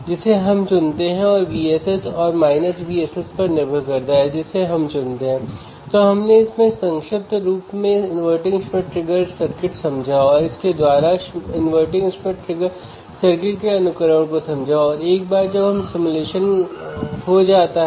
इसलिए मैं बफर को डिफरेंशियल एम्पलीफायर से जोड़ रहा हूं इससे यह इंस्ट्रूमेंटेशन एम्पलीफायर बन जाएगा